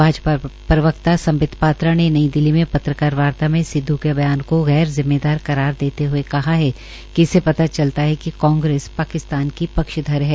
भाजपा प्रवक्ता सांबित पात्रा ने नई दिल्ली में पत्रकार वार्ता में सिद् को गौर जिम्मेदार करार देते हए कहा कि इससे पता चलता है कांग्रेस पाकिस्तान की पक्षधर है